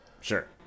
Sure